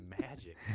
Magic